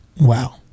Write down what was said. Wow